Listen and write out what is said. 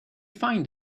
find